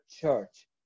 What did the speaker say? church